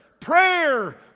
Prayer